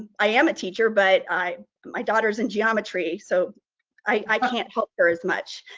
i am a teacher, but i, my daughter's in geometry, so i can't help her as much.